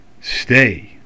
stay